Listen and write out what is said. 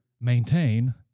maintain